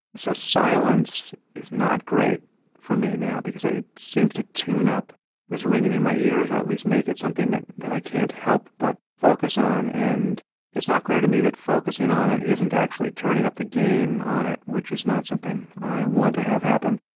so silence is not great for me now because it seems to tune up this ringing in my ears, or at least make it something that that i can't help but focus on. and it's not clear to me that focusing on it isn't actually turning up the gain on it, which is not something i want to have happen.